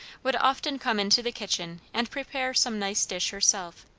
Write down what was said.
would often come into the kitchen and prepare some nice dish herself,